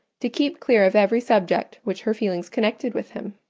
to keep clear of every subject which her feelings connected with him.